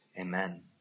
Amen